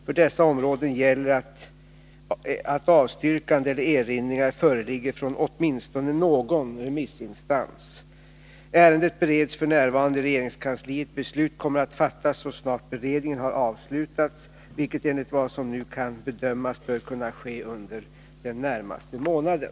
För dessa områden gäller att avstyrkande eller erinringar föreligger från åtminstone någon remissinstans. Ärendet bereds f. n. i regeringskansliet. Beslut kommer att fattas så snart beredningen har avslutats, vilket enligt vad som nu kan bedömas bör kunna ske under den närmaste månaden.